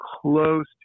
close